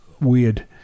weird